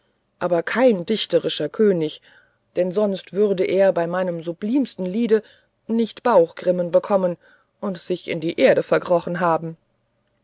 aber kein dichterischer könig denn sonst würde er bei meinem sublimsten liede nicht bauchgrimmen bekommen und sich in die erde verkrochen haben